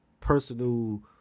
personal